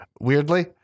weirdly